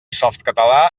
softcatalà